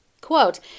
Quote